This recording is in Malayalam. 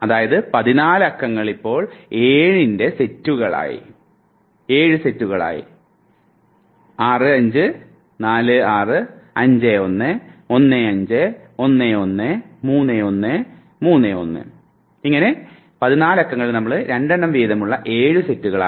അതായത് 14 അക്കങ്ങൾ ഇപ്പോൾ 7 സെറ്റുകളായി